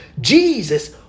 Jesus